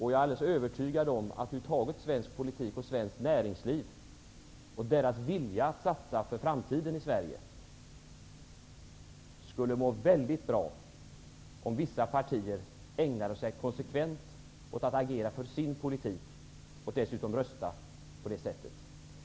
Jag är alldeles övertygad om att svensk politik och svenskt näringsliv över huvud taget och dess vilja att satsa för framtiden i Sverige skulle må mycket bra om vissa partier konsekvent ägnade sig åt att agera för sin politik och dessutom rösta för den.